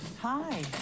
Hi